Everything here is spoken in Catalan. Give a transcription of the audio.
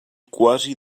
quasi